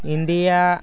India